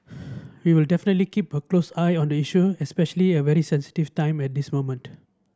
we will definitely keep a close eye on the issue especially at a very sensitive time at this moment